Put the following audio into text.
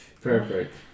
Perfect